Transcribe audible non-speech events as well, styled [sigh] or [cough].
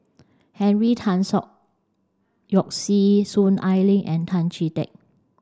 Henry Tan [unintelligible] Yoke See Soon Ai Ling and Tan Chee Teck